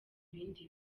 ibindi